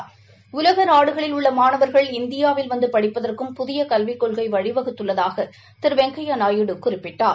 மூலம் உலக நாடுகளில் உள்ள மாணவர்கள் இந்தியாவில் வந்து படிப்பதற்கும் புதிய கல்விக் கொள்கை வழிவகுத்தள்ளதாக திரு வெங்கையாநாயுடு குறிப்பிட்டார்